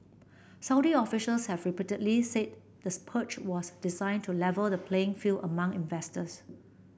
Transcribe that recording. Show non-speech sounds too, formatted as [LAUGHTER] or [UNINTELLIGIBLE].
Saudi officials have repeatedly said the [UNINTELLIGIBLE] was designed to level the playing field among investors